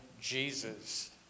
Jesus